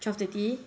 twelve thirty